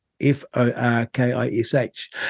F-O-R-K-I-S-H